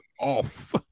off